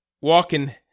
walking